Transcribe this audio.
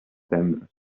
tendres